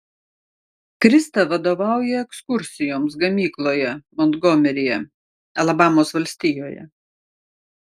krista vadovauja ekskursijoms gamykloje montgomeryje alabamos valstijoje